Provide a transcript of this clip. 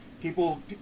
people